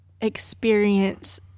experience